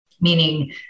meaning